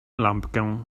lampkę